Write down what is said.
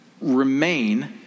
remain